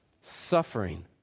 Suffering